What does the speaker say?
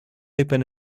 open